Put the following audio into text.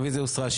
הרביזיה הוסרה.